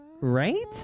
Right